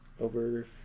over